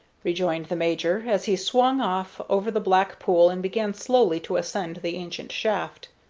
rejoined the major, as he swung off over the black pool and began slowly to ascend the ancient shaft.